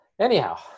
Anyhow